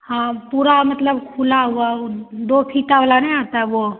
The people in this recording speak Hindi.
हाँ पूरा मतलब खुला हुआ ऊ दो फीता वाला नहीं आता है वह